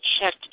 check